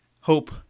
hope